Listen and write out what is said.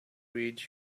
read